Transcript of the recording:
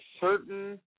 certain